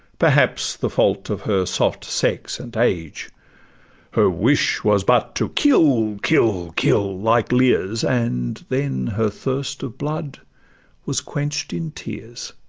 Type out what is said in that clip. perhaps the fault of her soft sex and age her wish was but to kill, kill, kill like lear's, and then her thirst of blood was quench'd in tears.